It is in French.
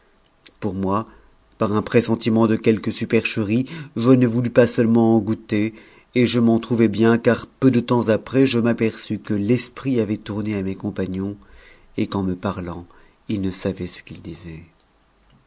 pour moi par un pressentiment de quelque supercherie je ne voulus pas sfulement en goûter et je m'en trouvai bien car peu de temps après f m'aperçus que l'esprit avait tourné à mes compagnons et qu'en me t tant ils ne savaient ce qu'ils disaient